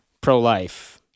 pro-life